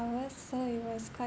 hours so it was quite